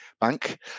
bank